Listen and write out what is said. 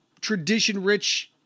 tradition-rich